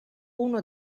uno